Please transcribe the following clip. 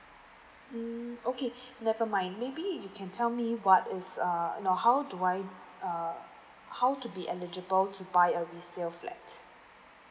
mm okay nevermind maybe you can tell me what is err you know how do I err how to be eligible to buy a resale flat